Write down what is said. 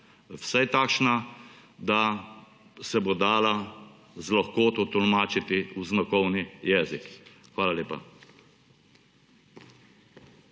vsaj takšna, da se bo dala z lahkoto tolmačiti v znakovni jezik. Hvala lepa.